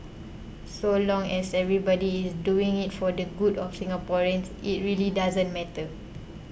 so long as everybody is doing it for the good of Singaporeans it really doesn't matter